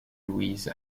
louise